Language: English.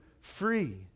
free